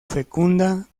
fecunda